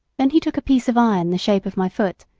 then he took a piece of iron the shape of my foot,